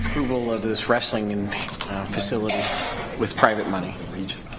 people of this wrestling and facility with private money